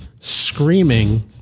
screaming